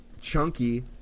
Chunky